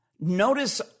Notice